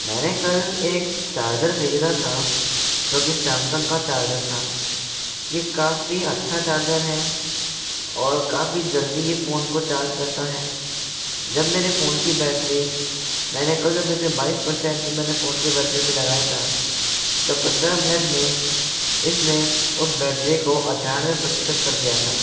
मैंने कल एक चार्जर खरीदा था जब ये सैमसंग का चार्जर था ये काफ़ी अच्छा चार्जर है और काफ़ी जल्दी ये फोन को चार्ज करता है जब मेरे फोन की बैटरी मैंने कल जब इसे बाईस पर्सेन्ट पर मैंने फोन की बैटरी पर लगाया था तब पंद्रह मिनट में इसने उस बैटरी को अट्ठारह प्रतिशत कर दिया था